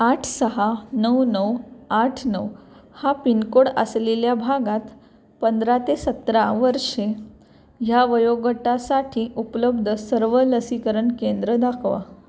आठ सहा नऊ नऊ आठ नऊ हा पिनकोड असलेल्या भागात पंधरा ते सतरा वर्षे ह्या वयोगटासाठी उपलब्ध सर्व लसीकरण केंद्र दाखवा